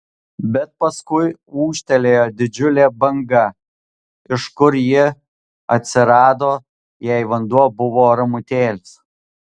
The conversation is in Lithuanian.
bet paskui ūžtelėjo didžiulė banga iš kur ji atsirado jei vanduo buvo ramutėlis